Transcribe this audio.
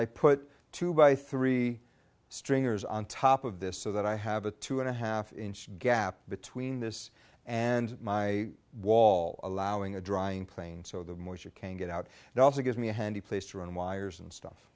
i put two by three stringers on top of this so that i have a two and a half inch gap between this and my wall allowing a drying plane so the more you can get out and also gives me a handy place to run wires and stuff